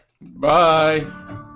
Bye